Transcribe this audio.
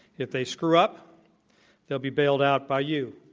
if they screw up they'll be bailed out by you,